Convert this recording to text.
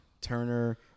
Turner